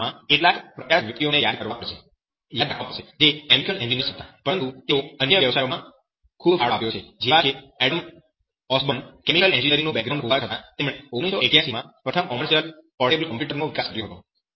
આ કિસ્સામાં કેટલાક પ્રખ્યાત વ્યક્તિઓને યાદ રાખવા પડશે જે કેમિકલ એન્જિનિયર્સ હતા પરંતુ તેઓએ અન્ય વ્યવસાયોમાં ખૂબ ફાળો આપ્યો છે જેવા કે એડમ ઓસબોર્ન કેમિકલ એન્જિનિયરિંગનું બેકગ્રાઉન્ડ હોવા છતાં તેમણે 1981 માં પ્રથમ કોમર્સિયલ પોર્ટેબલ કમ્પ્યુટર નો વિકાસ કર્યો હતો